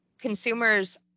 consumers